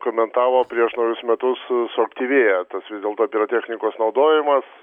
komentavo prieš naujus metus suakatyvėja tas vis dėlto pirotechnikos naudojimas